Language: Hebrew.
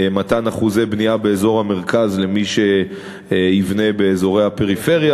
מתן אחוזי בנייה באזור המרכז למי שיבנה באזורי הפריפריה,